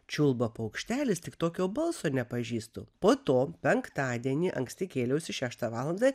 čiulba paukštelis tik tokio balso nepažįstu po to penktadienį anksti kėliausi šeštą valandą